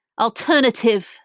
alternative